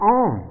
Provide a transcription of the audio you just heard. on